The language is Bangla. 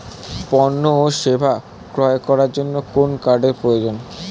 পণ্য ও সেবা ক্রয় করার জন্য কোন কার্ডের প্রয়োজন?